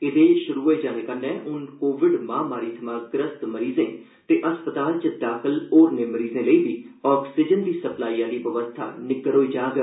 एहदे श्रु होई जाने कन्नै हून कोविड महामारी थमां ग्रस्त मरीजें ते अस्पताल च दाखल होरनें मरीजें लेई बी आक्सीजन दी सप्लाई आहली बवस्था निग्गर होई जाग